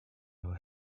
your